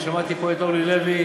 שמעתי פה את אורלי לוי.